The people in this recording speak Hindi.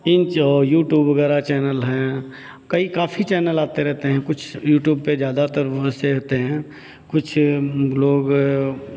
इन यूट्यूब वगैरह चैनल हैं कई काफ़ी चैनल आते रहते हैं कुछ यूट्यूब पे ज़्यादातर वैसे आते हैं कुछ हम लोग